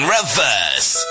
Reverse